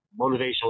motivational